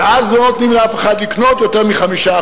ואז לא נותנים לאף אחד לקנות יותר מ-5%,